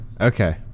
Okay